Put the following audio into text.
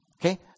Okay